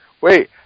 Wait